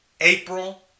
April